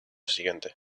siguiente